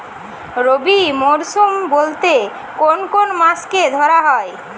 রবি মরশুম বলতে কোন কোন মাসকে ধরা হয়?